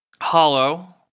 Hollow